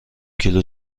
کیلو